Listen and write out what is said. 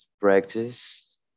practice